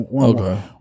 Okay